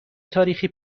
تاریخی